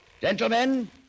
Gentlemen